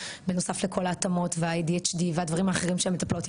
בנוסף לכל ההתאמות וה- ADHDוהדברים האחרים שהן מטפלות,